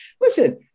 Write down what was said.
listen